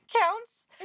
counts